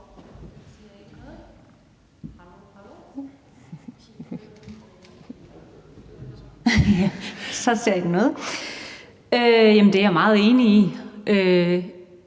det er jeg meget enig i.